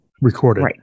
recorded